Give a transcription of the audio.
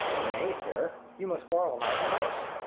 nay, sir, you must quarrel him out o' the house.